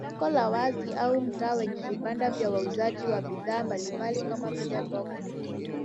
Soko la wazi au mtaa wenye vibanda vya wauzaji wa bidhaa mbalimbali kama vile mboga na matunda.